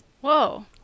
Whoa